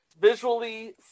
visually